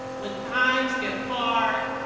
when times get hard,